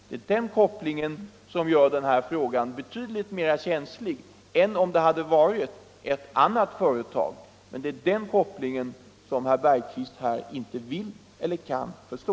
Det är den kopplingen som gör denna fråga betydligt mera känslig än om det hade varit ett annat företag. Men det är den kopplingen som herr Bergqvist inte vill eller inte kan förstå.